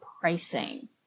pricing